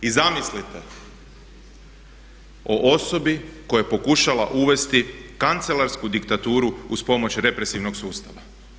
I zamislite o osobi koja je pokušala uvesti kancelarsku diktaturu uz pomoć represivnog sustava.